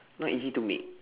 not easy to make